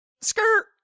Skirt